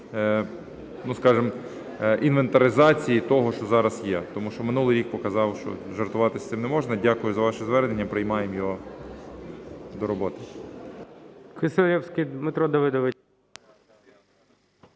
її, скажімо, інвентаризації того, що зараз є. Тому що минулий рік показав, що жартувати з цим не можна Дякую за ваше звернення і приймаємо його до роботи.